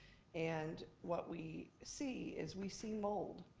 and what we see, is we see mold.